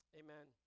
amen